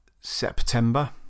September